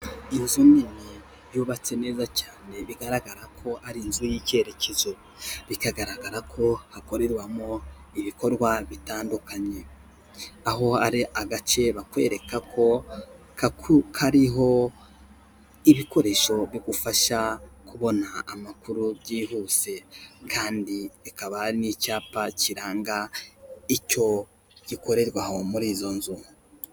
Inzu nini yubatse neza cyane bigaragara ko ari inzu y'ikerekezo. Bikagaragara ko hakorerwamo ibikorwa bitandukanye. Aho hari agace bakwereka ko kariho ibikoresho bigufasha kubona amakuru byihuse kandi bikaba n'icyapa kiranga icyo gikorerwa aho muri izo nzu.